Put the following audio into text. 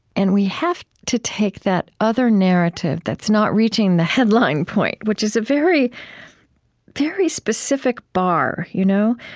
and we have to take that other narrative that's not reaching the headline point, which is a very very specific bar. you know